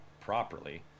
properly